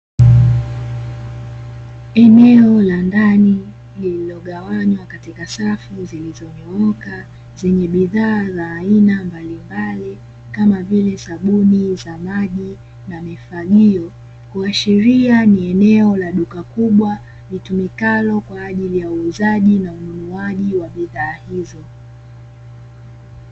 Eneo la ndani lililogawanywa katika safu zilizonyooka, zenye bidhaa za aina mbalimbali kama vile sabuni za maji na mifagio kuashiria nia eneo la duka kubwa, litumikalo kwa ajili ya uuzaji na ununuaji wa bidhaa hizo.